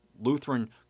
Lutheran